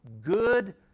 good